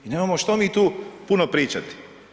Nemamo što mi tu puno pričati.